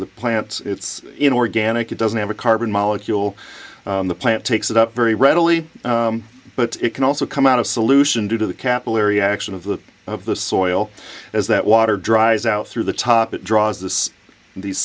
the plants it's in organic it doesn't have a carbon molecule the plant takes it up very readily but it can also come out of solution due to the capillary action of the of the soil as that water dries out through the top it draws this these